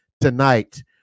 tonight